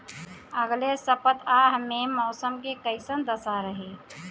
अलगे सपतआह में मौसम के कइसन दशा रही?